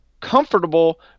comfortable